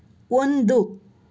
ಒಂದು